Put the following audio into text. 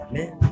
Man